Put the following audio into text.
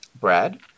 Brad